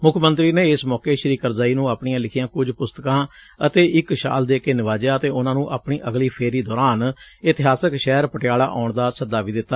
ਮੁੱਖ ਮੰਤਰੀ ਨੇ ਇਸ ਮੌਕੇ ਸ੍ੀ ਕਰਜ਼ੱਈ ਨੂੰ ਆਪਣੀਆਂ ਲਿਖੀਆਂ ਕੁਝ ਪੁਸਤਕਾਂ ਅਤੇ ਇਕ ਸ਼ਾਲ ਦੇ ਕੇ ਨਿਵਾਜਿਆ ਅਤੇ ਉਨੂਾ ਨੂੰ ਆਪਣੀ ਅਗਲੀ ਫੇਰੀ ਦੌਰਾਨ ਇਤਿਹਾਸਕ ਸ਼ਹਿਰ ਪਟਿਆਲਾ ਆਉਣ ਦਾ ਸੱਦਾ ਵੀ ਦਿੱਤਾ